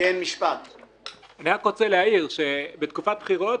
אני רק רוצה להעיר שבתקופת בחירות,